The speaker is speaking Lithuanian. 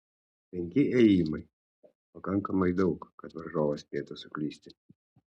penki ėjimai pakankamai daug kad varžovas spėtų suklysti